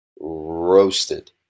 roasted